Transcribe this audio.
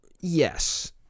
Yes